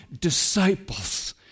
disciples